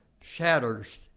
shatters